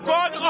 God